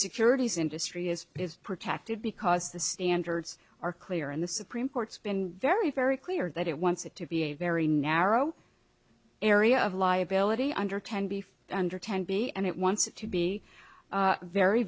securities industry is is protected because the standards are clear and the supreme court's been very very clear that it wants it to be a very narrow area of liability under ten beef under ten b and it wants to be very